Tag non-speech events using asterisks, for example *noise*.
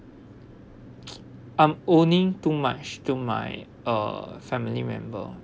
*noise* I'm owning too much to my uh family member